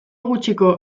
gutxiko